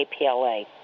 APLA